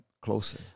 closer